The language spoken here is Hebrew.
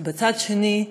בצד שני,